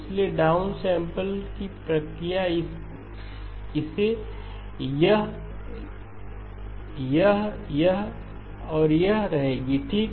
इसलिए down sampling की प्रक्रिया इसे यह यह यह और यह रहेगी ठीक